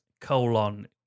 colon